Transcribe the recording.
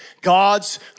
God's